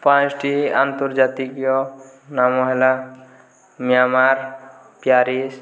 ପାଞ୍ଚୋଟି ଆନ୍ତର୍ଜାତିକ ନାମ ହେଲା ମିୟାମାର ପ୍ୟାରିସ୍